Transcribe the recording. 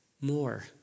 more